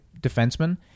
defenseman